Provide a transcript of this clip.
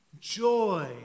joy